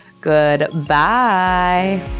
Goodbye